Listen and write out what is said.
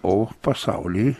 o pasauly